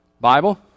Bible